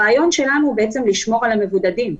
הרעיון שלנו הוא בעצם לשמור על המבודדים.